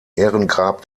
ehrengrab